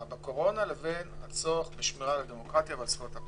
בקורונה לבין הצורך בשמירה על הדמוקרטיה ועל זכויות הפרט.